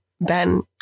Ben